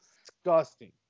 disgusting